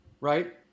Right